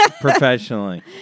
professionally